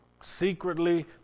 secretly